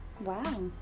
Wow